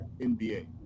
NBA